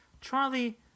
Charlie